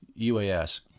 UAS